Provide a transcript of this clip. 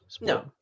No